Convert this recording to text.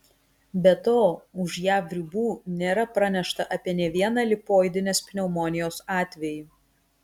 be to už jav ribų nėra pranešta apie nė vieną lipoidinės pneumonijos atvejį